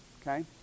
okay